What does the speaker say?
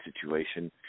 situation